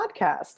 podcast